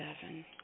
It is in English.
seven